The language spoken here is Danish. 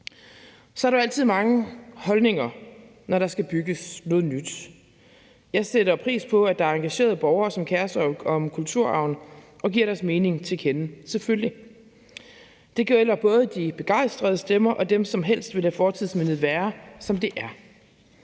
Så er der jo altid mange holdninger, når der skal bygges noget nyt. Jeg sætter pris på, at der er engagerede borgere, som kerer sig om kulturarven og giver deres mening til kende – selvfølgelig. Det gælder både de begejstrede stemmer og dem, som helst vil lade fortidsmindet være, som det er.